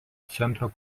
centro